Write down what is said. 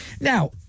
Now